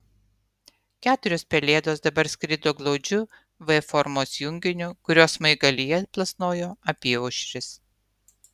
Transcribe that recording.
keturios pelėdos dabar skrido glaudžiu v formos junginiu kurio smaigalyje plasnojo apyaušris